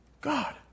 God